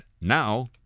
Now